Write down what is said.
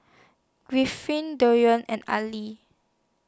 Griffith and Aili